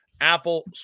Apple